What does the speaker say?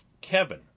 Kevin